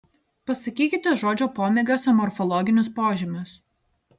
pasakykite žodžio pomėgiuose morfologinius požymius